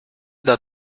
that